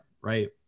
right